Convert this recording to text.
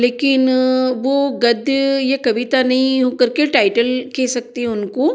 लेकिन वो गद्य ये कविता नहीं हो करके टाइटल कह सकती हूँ उनको